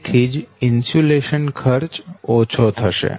તેથી જ ઇન્સ્યુલેશન ખર્ચ ઓછો થશે